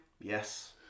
Yes